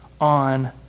on